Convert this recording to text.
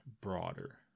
broader